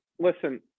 listen